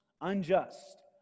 unjust